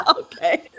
okay